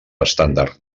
estàndard